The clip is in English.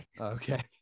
Okay